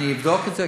אני אבדוק את זה,